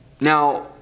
Now